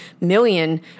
million